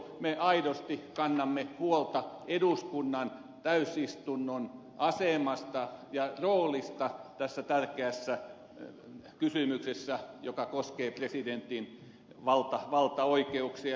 me aidosti kannamme huolta eduskunnan täysistunnon asemasta ja roolista tässä tärkeässä kysymyksessä joka koskee presidentin valtaoikeuksia